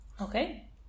Okay